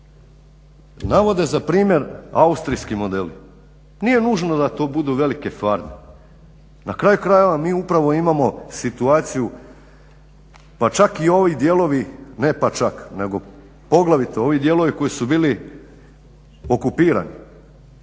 navode za primjer austrijski model. Nije nužno da to budu velike farme. Na kraju krajeva mi upravo imamo situaciju pa čak i ovi dijelovi, ne pa čak nego poglavito ovi dijelovi koji su bili okupirani.